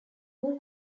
who